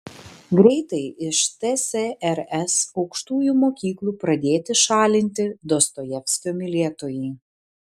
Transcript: greitai iš tsrs aukštųjų mokyklų pradėti šalinti dostojevskio mylėtojai